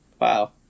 Wow